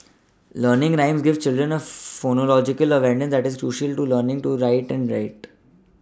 learning rhymes gives children a phonological awareness that is crucial to learning to write and read